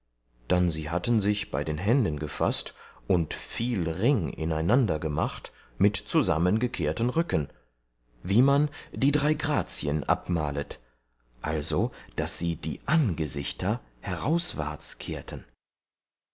dann sie hatten sich bei den händen gefaßt und viel ring ineinander gemacht mit zusammengekehrten rücken wie man die drei grazien abmalet also daß sie die angesichter herauswarts kehrten